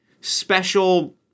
special